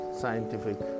scientific